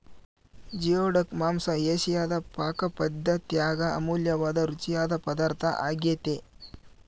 geoduck ಮಾಂಸ ಏಷಿಯಾದ ಪಾಕಪದ್ದತ್ಯಾಗ ಅಮೂಲ್ಯವಾದ ರುಚಿಯಾದ ಪದಾರ್ಥ ಆಗ್ಯೆತೆ